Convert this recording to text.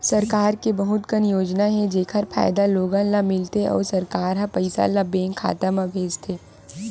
सरकार के बहुत कन योजना हे जेखर फायदा लोगन ल मिलथे अउ सरकार ह पइसा ल बेंक खाता म भेजथे